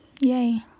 yay